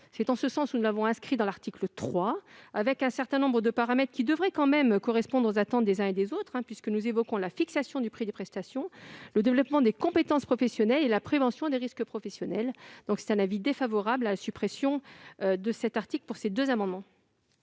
C'est en ce sens que nous avons rédigé cet article 3, avec un certain nombre de paramètres qui devraient quand même correspondre aux attentes des uns et des autres, puisque nous évoquons la fixation du prix des prestations, le développement des compétences professionnelles et la prévention des risques professionnels. Je mets aux voix les amendements